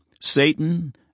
Satan